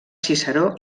ciceró